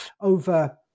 over